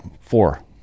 Four